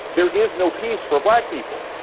there is no peace for black people.